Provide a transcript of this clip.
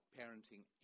parenting